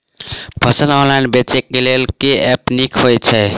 फसल ऑनलाइन बेचै केँ लेल केँ ऐप नीक होइ छै?